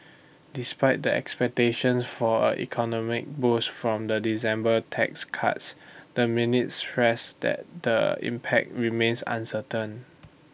despite the expectation for A economic boost from the December tax cuts the minutes stressed that the impact remains uncertain